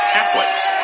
Catholics